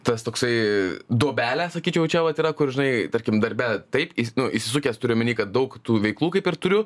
tas toksai duobelė sakyčiau čia vat yra kur žinai tarkim darbe taip nu įsisukęs turiu omeny kad daug tų veiklų kaip ir turiu